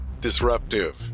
disruptive